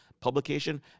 publication